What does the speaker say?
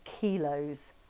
kilos